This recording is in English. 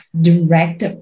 direct